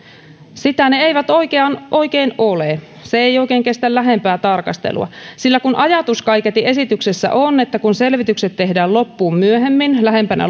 sitä ne eivät oikein ole se ei oikein kestä lähempää tarkastelua sillä kuten ajatus kaiketi esityksessä on että kun selvitykset tehdään loppuun myöhemmin lähempänä